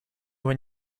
when